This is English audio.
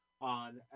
on